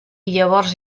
llavors